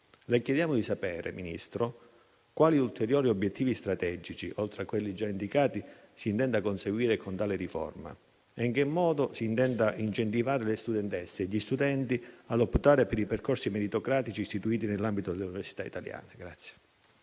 le chiediamo di sapere quali ulteriori obiettivi strategici, oltre a quelli già indicati, si intenda conseguire con tale riforma e in che modo si intenda incentivare le studentesse e gli studenti ad optare per i percorsi meritocratici istituiti nell'ambito delle università italiane.